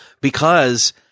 because-